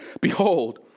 behold